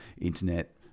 internet